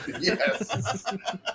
yes